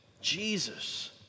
Jesus